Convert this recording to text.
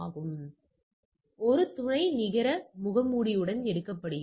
எனவே இது ஒரு துணை நிகர முகமூடியுடன் எடுக்கப்படுகிறது